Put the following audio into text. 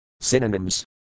Synonyms